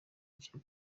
jay